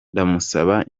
ndamusaba